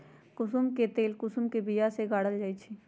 कुशुम के तेल कुशुम के बिया से गारल जाइ छइ